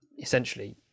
essentially